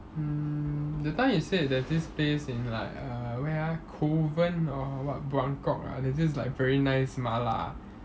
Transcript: mm that time you said there's this place in like err where ah kovan or what buangkok ah there's this very nice 麻辣 ah